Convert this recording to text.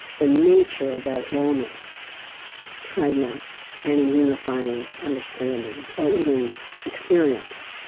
the nature of that illness fragments any unifying understanding, or even experience.